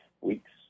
weeks